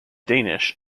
danish